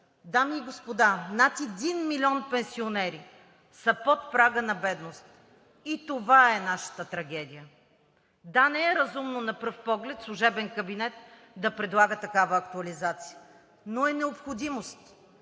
Дами и господа, над 1 млн. пенсионери са под прага на бедност и това е нашата трагедия. Да, не е разумно на пръв поглед служебен кабинет да предлага такава актуализация, но е необходимост.